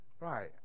Right